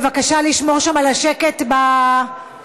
בבקשה לשמור שם על השקט בתאים.